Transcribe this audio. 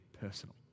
personal